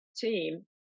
team